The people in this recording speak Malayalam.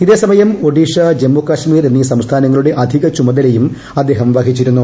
ഇതേസമയം ഒഡീഷ ജമ്മുകാശ്മീർ എന്നീ സംസ്ഥാനങ്ങളുടെ അധിക ചുമതലയും വഹിച്ചിരുന്നു